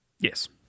yes